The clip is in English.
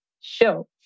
show